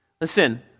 Listen